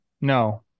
No